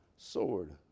sword